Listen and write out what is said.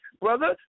Brother